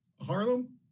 Harlem